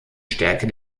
stärke